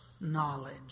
knowledge